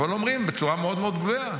אבל אומרים בצורה מאוד מאוד גלויה: